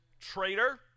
Traitor